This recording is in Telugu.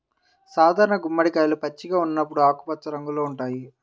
సాధారణ గుమ్మడికాయలు పచ్చిగా ఉన్నప్పుడు ఆకుపచ్చ రంగులో ఉంటాయి